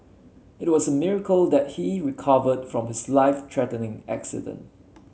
it was a miracle that he recovered from his life threatening accident